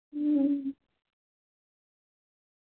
दो साल का रेंट भी आपको बहुत लगेगा लेकिन